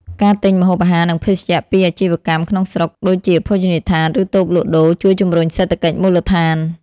ការទិញ ម្ហូបអាហារ និងភេសជ្ជៈពីអាជីវកម្មក្នុងស្រុក ដូចជាភោជនីយដ្ឋាន ឬតូបលក់ដូរ ជួយជំរុញសេដ្ឋកិច្ចមូលដ្ឋាន។